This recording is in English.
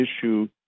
issue